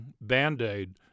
band-aid